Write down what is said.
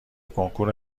کنکور